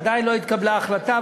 עדיין לא התקבלה החלטה,